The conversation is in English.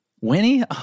Winnie